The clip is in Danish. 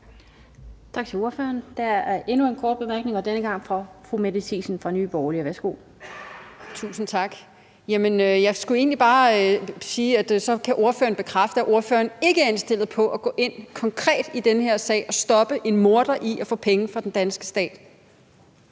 Tak til ordførerne. Der er endnu en kort bemærkning, og denne gang fra fru Mette Thiesen fra Nye Borgerlige. Værsgo. Kl. 13:37 Mette Thiesen (NB): Tusind tak. Jamen jeg skulle egentlig bare sige, at så kan ordføreren bekræfte, at ordføreren ikke er indstillet på at gå ind konkret i den her sag og stoppe en morder i at få penge fra den danske stat.